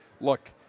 look